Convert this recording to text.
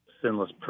sinless